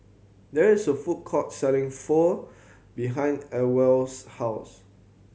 there is a food court selling Pho behind Ewell's house